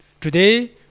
Today